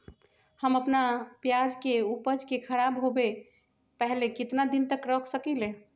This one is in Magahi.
हम अपना प्याज के ऊपज के खराब होबे पहले कितना दिन तक रख सकीं ले?